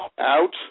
out